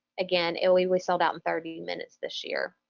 again, and we were sold out in thirty minutes this year.